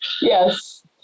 Yes